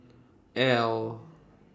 Elle